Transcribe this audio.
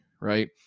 right